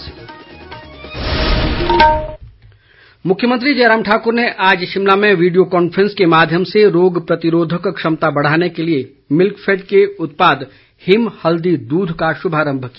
मुख्यमंत्री मुख्यमंत्री जयराम ठाक्र ने आज शिमला में वीडियो कांफ्रेंस के माध्यम से रोग प्रतिरोधक क्षमता बढ़ाने के लिए मिल्कफैड के उत्पाद हिम हल्दी दूध का शुभारम्भ किया